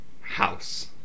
House